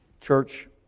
Church